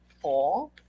four